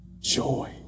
joy